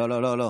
לא לא לא.